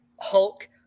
Hulk